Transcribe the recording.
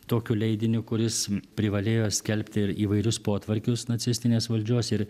tokiu leidiniu kuris privalėjo skelbti ir įvairius potvarkius nacistinės valdžios ir